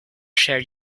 share